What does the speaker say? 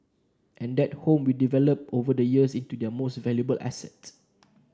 and that home we developed over the years into their most valuable asset